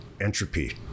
entropy